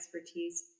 expertise